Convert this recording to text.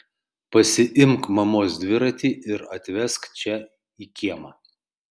pasiimk mamos dviratį ir atvesk čia į kiemą